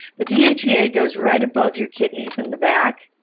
the dhea goes right above your kidneys in the back.